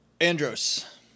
Andros